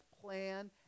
plan